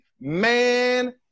man